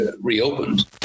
reopened